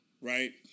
right